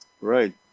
Right